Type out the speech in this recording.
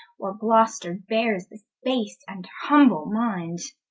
while gloster beares this base and humble minde.